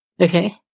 Okay